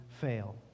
fail